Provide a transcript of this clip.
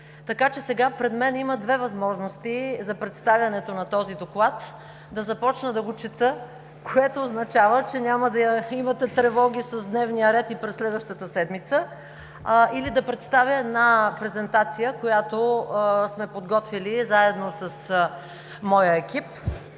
така че сега пред мен има две възможности за представянето на този доклад – да започна да го чета, което означава, че няма да имате тревоги с дневния ред и през следващата седмица, или да представя презентация, която сме подготвили заедно с моя екип.